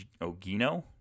Ogino